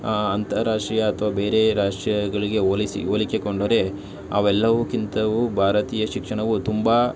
ಅಂತಾರಾಷ್ಟ್ರೀಯ ಅಥ್ವಾ ಬೇರೆ ರಾಷ್ಟ್ರೀಯಗಳಿಗೆ ಹೋಲಿಸಿ ಹೋಲಿಸಿಕೊಂಡರೆ ಅವೆಲ್ಲವುಕ್ಕಿಂತಲೂ ಭಾರತೀಯ ಶಿಕ್ಷಣವು ತುಂಬ